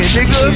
Nigga